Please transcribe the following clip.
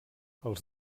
els